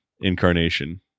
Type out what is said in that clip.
incarnation